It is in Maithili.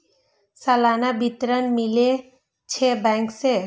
सलाना विवरण मिलै छै बैंक से?